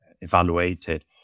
evaluated